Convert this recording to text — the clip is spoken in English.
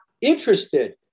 interested